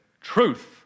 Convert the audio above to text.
truth